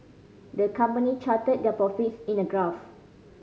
the company charted their profits in a graph